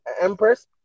empress